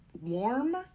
warm